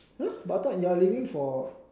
!huh! but I thought you are leaving for